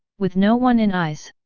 with no one in eyes!